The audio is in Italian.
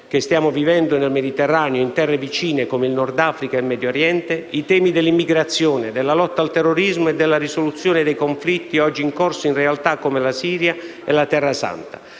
che stiamo vivendo nel Mediterraneo e in terre vicine come il Nord Africa e il Medio Oriente - i temi dell'immigrazione, della lotta al terrorismo e della risoluzione dei conflitti oggi in corso in realtà come la Siria e la Terra Santa.